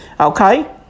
Okay